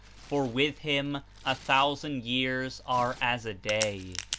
for with him a thousand years are as a day.